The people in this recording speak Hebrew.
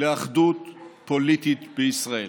לאחדות פוליטית בישראל.